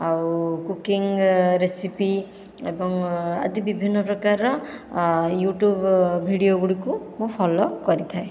ଆଉ cooking recipe ଏବଂ ଆଦି ବିଭିନ୍ନ ପ୍ରକାରର ୟୁଟ୍ୟୁବ ଭିଡ଼ିଓ ଗୁଡ଼ିକୁ ମୁଁ ଫଲୋ କରିଥାଏ